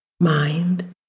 mind